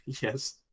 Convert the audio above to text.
Yes